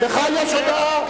לך יש הודעה?